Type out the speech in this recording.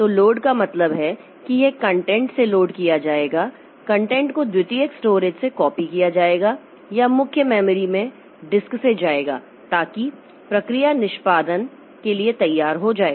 तो लोड का मतलब है कि यह कंटेंट से लोड किया जाएगा कंटेंट को द्वितीयक स्टोरेज से कॉपी किया जाएगा या मुख्य मेमोरी में डिस्क से जाएगा ताकि प्रक्रिया निष्पादन के लिए तैयार हो जाए